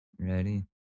ready